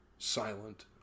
silent